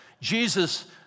jesus